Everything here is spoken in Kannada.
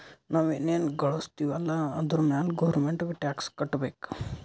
ನಾವ್ ಎನ್ ಘಳುಸ್ತಿವ್ ಅಲ್ಲ ಅದುರ್ ಮ್ಯಾಲ ಗೌರ್ಮೆಂಟ್ಗ ಟ್ಯಾಕ್ಸ್ ಕಟ್ಟಬೇಕ್